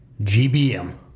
gbm